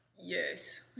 Yes